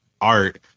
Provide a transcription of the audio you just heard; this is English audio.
art